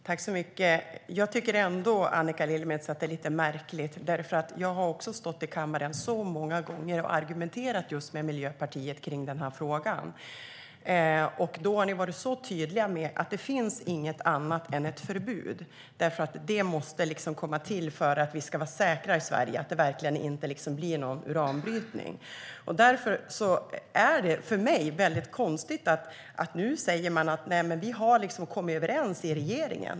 Herr talman! Jag tycker ändå, Annika Lillemets, att det är lite märkligt. Jag har stått här i kammaren många gånger och argumenterat just med Miljöpartiet i den här frågan. Då har ni varit tydliga med att det inte finns något annat än ett förbud, att det måste komma till för att vi ska vara säkra i Sverige att det verkligen inte blir någon uranbrytning. Därför är det mycket konstigt för mig att ni nu säger: Nej, vi har kommit överens i regeringen.